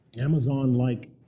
Amazon-like